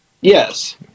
Yes